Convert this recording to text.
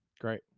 Great